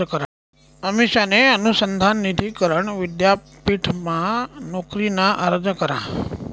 अमिषाने अनुसंधान निधी करण विद्यापीठमा नोकरीना अर्ज करा